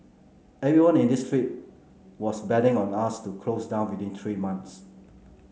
everyone in this street was betting on us to close down within three months